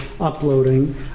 uploading